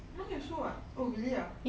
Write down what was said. mine also what oh really ah